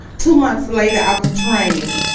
two months later, after training,